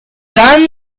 dan